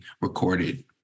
recorded